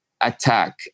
attack